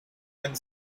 and